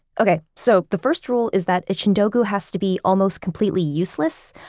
okay, so the first rule is that a chindogu has to be almost completely useless.